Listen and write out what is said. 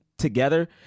Together